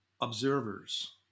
observers